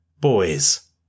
Boys